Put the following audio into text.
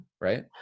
right